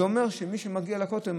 זה אומר שמי שמגיע לכותל,